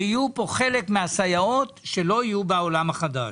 שיהיו פה חלק מהסייעות שלא יהיו בעולם החדש,